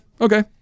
okay